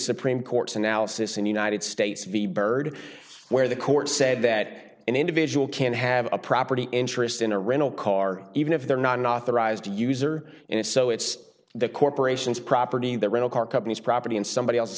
supreme court's analysis in united states v byrd where the court said that an individual can have a property interest in a rental car even if they're not an authorized user and if so it's the corporation's property the rental car companies property and somebody else